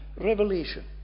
revelation